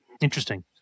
Interesting